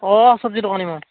অঁ চবজি দোকানী মই